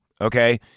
okay